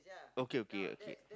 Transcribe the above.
okay okay okay